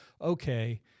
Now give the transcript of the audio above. okay